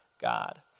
God